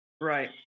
Right